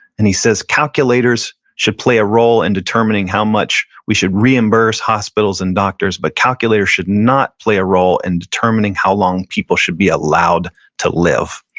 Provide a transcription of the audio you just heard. and he says calculators should play a role in determining how much we should reimburse hospitals and doctors, but calculators should not play a role in determining how long people should be allowed to live.